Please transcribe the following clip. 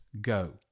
go